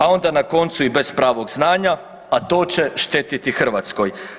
A onda na koncu, bez pravog znanja, a to je će štetiti Hrvatskoj.